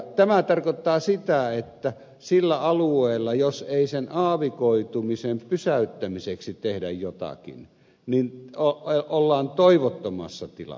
tämä tarkoittaa sitä että sillä alueella jos ei sen aavikoitumisen pysäyttämiseksi tehdä jotakin ollaan toivottomassa tilanteessa